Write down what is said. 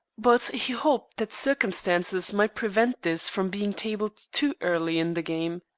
but he hoped that circumstances might prevent this from being tabled too early in the game.